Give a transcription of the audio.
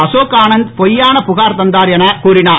அசோக் ஆனந்த் பொய்யான புகார் தந்தார் என கூறினார்